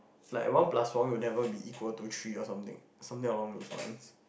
like one plus one will never be equal to three or something something along those lines